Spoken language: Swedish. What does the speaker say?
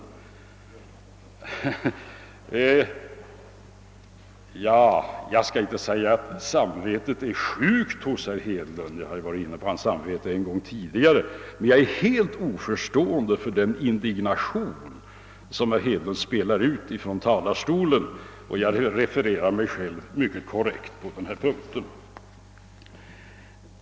Jag skall inte säga att samvetet är sjukt hos herr Hedlund — jag har ju varit inne på hans samvete en gång tidigare — men jag är helt oförstående för den indignation som herr Hedlund spelar ut från talarstolen, och jag refererar mig själv mycket korrekt på denna punkt.